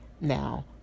Now